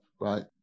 right